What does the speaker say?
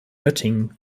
göttingen